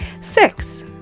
Six